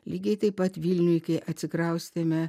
lygiai taip pat vilniuj kai atsikraustėme